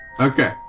Okay